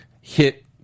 hit